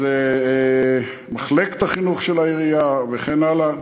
זו מחלקת החינוך של העירייה, וכן הלאה.